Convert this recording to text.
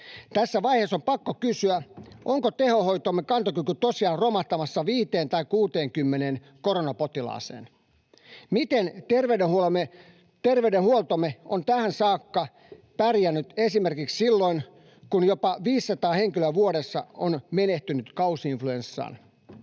Tässä vaiheessa on pakko kysyä, onko tehohoitomme kantokyky tosiaan romahtamassa 50 tai 60 koronapotilaaseen. Miten terveydenhuoltomme on tähän saakka pärjännyt esimerkiksi silloin, kun jopa 500 henkilöä vuodessa on menehtynyt kausi-influenssaan?